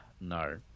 no